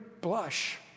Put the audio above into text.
blush